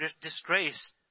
disgrace